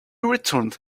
returned